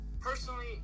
personally